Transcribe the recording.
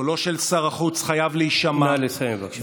קולו של שר החוץ חייב להישמע, נא לסיים, בבקשה.